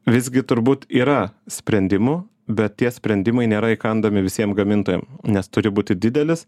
visgi turbūt yra sprendimų bet tie sprendimai nėra įkandami visiem gamintojam nes turi būti didelis